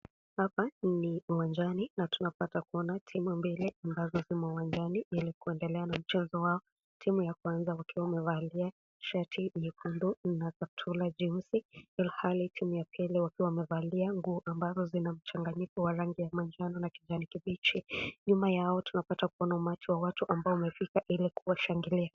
Hapa ni uwanjani na tunapata kuona timu mbili ambazo zimo uwanjani ili kuendelea na mchezo wao, timu ya kwanza wakiwa wamevalia shati nyekundu na kaptura jeusi ilhali timu ya pili wakiwa wamevalia nguo ambazo zina mchanganyiko wa rangi ya manjano na kijanikibichi, nyuma yao tunapata kuona umati wa watu ambao umefika ili kuwashangilia.